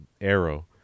arrow